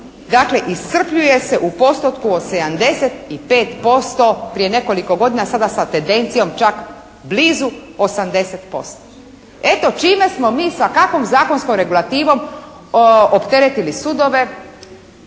dakle iscrpljuje se u postotku od 75% prije nekoliko godina sada sa tendencijom čak blizu 80%. Eto čime smo mi sa kakvom zakonskom regulativom opteretili sudove.